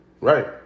Right